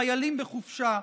חיילים בחופשה,